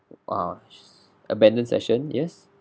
ah abandoned session yes